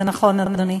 זה נכון, אדוני.